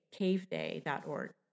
caveday.org